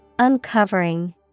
Uncovering